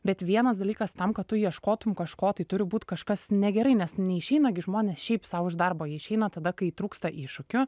bet vienas dalykas tam kad tu ieškotum kažko tai turi būt kažkas negerai nes neišeina gi žmonės šiaip sau iš darbo išeina tada kai trūksta iššūkių